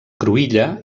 cruïlla